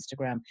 Instagram